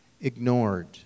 ignored